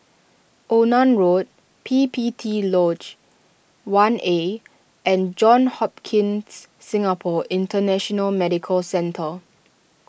Onan Road P P T Lodge one A and Johns Hopkins Singapore International Medical Centre